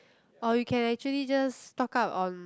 or you can actually just stock up on